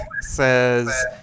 says